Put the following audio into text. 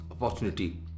opportunity